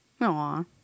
Aw